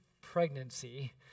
pregnancy